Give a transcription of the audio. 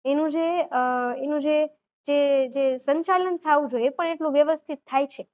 એનું જે એનું જે જે જે સંચાલન થવું જોઈએ એ પણ એટલું વ્યસ્થિત થાય છે